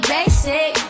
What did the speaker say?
Basic